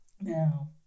Now